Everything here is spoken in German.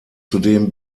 zudem